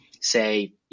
say